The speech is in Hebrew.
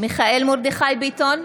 מיכאל מרדכי ביטון,